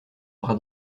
bras